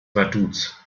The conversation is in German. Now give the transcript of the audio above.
vaduz